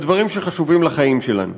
בדברים שחשובים לחיים שלנו.